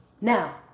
Now